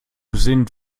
sind